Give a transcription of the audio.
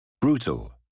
Brutal